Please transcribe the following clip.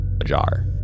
ajar